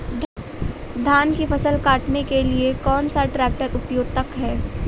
धान की फसल काटने के लिए कौन सा ट्रैक्टर उपयुक्त है?